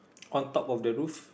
on top of the roof